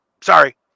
Sorry